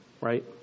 right